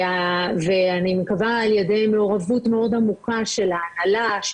ואני מקווה למעורבות מאוד עמוקה של ההנהלה,